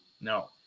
no